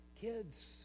kids